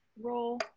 Roll